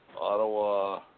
Ottawa